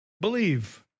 Believe